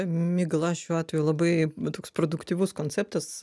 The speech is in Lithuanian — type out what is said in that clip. migla šiuo atveju labai toks produktyvus konceptas